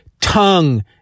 tongue